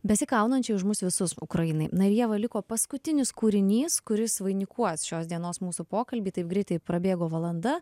besikaunančiai už mus visus ukrainai na ir ieva liko paskutinis kūrinys kuris vainikuos šios dienos mūsų pokalbį taip greitai prabėgo valanda